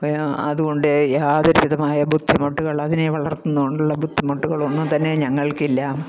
പിന്നെ ആ അതുകൊണ്ട് യാതൊരുവിധമായ ബുദ്ധിമുട്ടുകളും അതിനെ വളർത്തുന്നതുകൊണ്ടുള്ള ബുദ്ധിമുട്ടുകളൊന്നും തന്നെ ഞങ്ങൾക്കില്ല